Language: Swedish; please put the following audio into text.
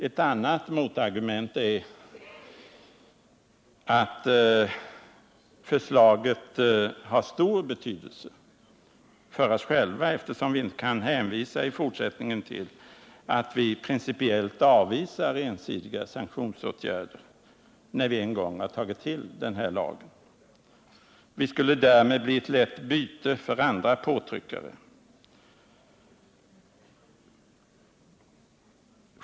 Ett annat motargument är att lagförslaget har stor betydelse för oss själva, eftersom vi i fortsättningen inte kan hänvisa till att vi principiellt avvisar ensidiga sanktionsåtgärder, när vi en gång har antagit denna lag. Vi skulle därmed bli ett lätt byte för andra påtryckare.